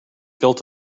built